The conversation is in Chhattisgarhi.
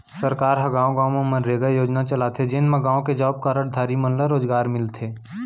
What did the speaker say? सरकार ह गाँव गाँव म मनरेगा योजना चलाथे जेन म गाँव के जॉब कारड धारी मन ल रोजगार मिलथे